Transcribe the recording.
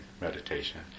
meditation